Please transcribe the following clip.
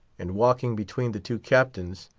and walking between the two captains,